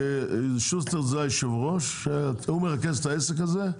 שוסטר זה יושב הראש הוא מרכז את העסק הזה.